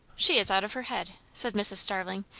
she is out of her head, said mrs. starling,